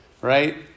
right